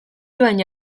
baina